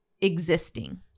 existing